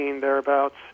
thereabouts